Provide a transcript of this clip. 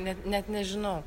net net nežinau